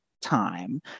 time